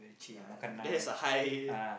k lah that is a high